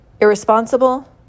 Irresponsible